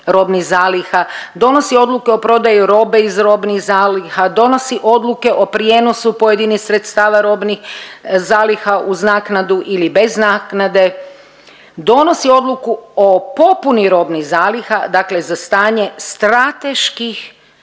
robnih zaliha, donosi odluke o prodaji robe iz robnih zaliha, donosi odluke o prijenosu pojedinih sredstava robnih zaliha uz naknadu ili bez naknade, donosi odluku o popuni robnih zaliha, dakle za stanje strateških